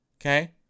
okay